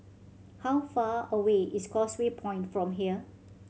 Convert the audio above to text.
how far away is Causeway Point from here